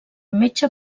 metge